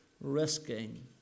risking